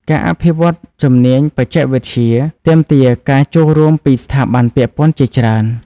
ការអភិវឌ្ឍជំនាញបច្ចេកវិទ្យាទាមទារការចូលរួមពីស្ថាប័នពាក់ព័ន្ធជាច្រើន។